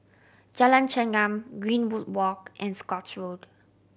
Jalan Chengam Greenwood Walk and Scotts Road